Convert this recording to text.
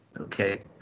Okay